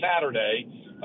Saturday